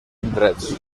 indrets